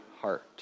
heart